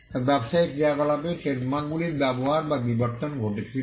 বা ব্যবসায়িক ক্রিয়াকলাপে ট্রেডমার্কগুলির ব্যবহার বা বিবর্তন ঘটেছিল